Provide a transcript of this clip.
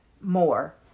more